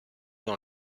dans